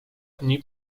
dni